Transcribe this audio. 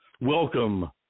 Welcome